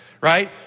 Right